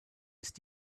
ist